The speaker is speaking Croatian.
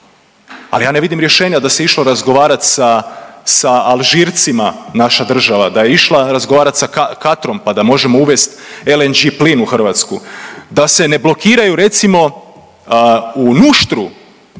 Ali ja ne vidim rješenja da se išlo razgovarat sa Alžircima naša država, da je išla razgovarat sa Katrom pa da možemo uvest LNG plin u Hrvatsku, da se ne blokiraju recimo u Nuštru